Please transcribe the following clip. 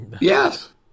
Yes